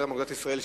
זרם אגודת ישראל,